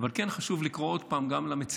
אבל כן חשוב לקרוא עוד פעם גם למציעה